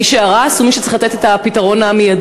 מי שהרס הוא מי שצריך לתת את הפתרון המיידי,